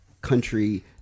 country